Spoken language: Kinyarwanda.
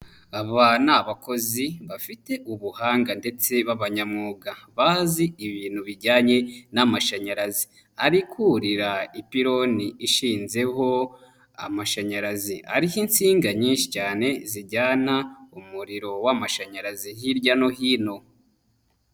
Aba ni abakozi bafite ubuhanga ndetse b'abanyamwuga bazi ibintu bijyanye n'amashanyarazi, ari kurira ipironi ishinzeho amashanyarazi, ariho insinga nyinshi cyane zijyana umuriro w'amashanyarazi hirya no hino.